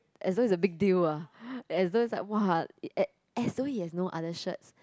as though it's a big deal ah as though is like !wah! as as though he has no other shirt